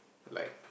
like